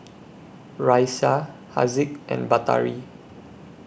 Raisya Haziq and Batari